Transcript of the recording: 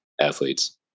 athletes